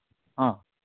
ᱦᱚᱸ